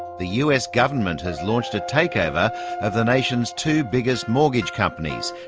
the us government has launched a takeover of the nation's two biggest mortgage companies.